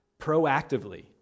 Proactively